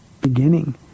beginning